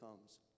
comes